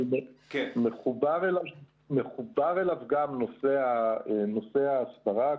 מחובר אליו גם נושא ההסברה.